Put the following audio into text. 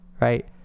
right